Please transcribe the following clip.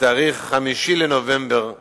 בתאריך 5 בנובמבר 2008,